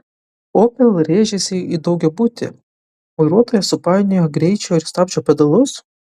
opel rėžėsi į daugiabutį vairuotoja supainiojo greičio ir stabdžio pedalus